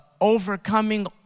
overcoming